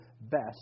best